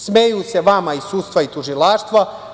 Smeju se vama iz sudstva i tužilaštva.